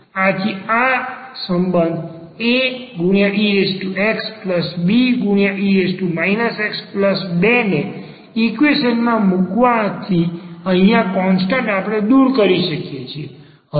આથી આ સંબંધ aexbe x2 ને ઈક્વેશન માં મૂકવાથી અહીંયા કોન્સ્ટન્ટ આપણે દૂર કરી શકીએ છે